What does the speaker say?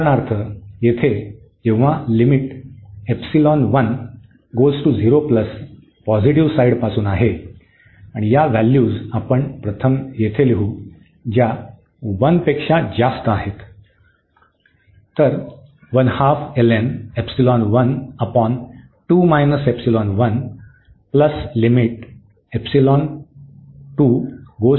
उदाहरणार्थ येथे जेथे पॉझिटिव्ह साइड पासून आहे आणि ही व्हॅल्यूज आपण प्रथम येथे लिहू ज्या 1 पेक्षा जास्त आहेत